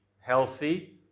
healthy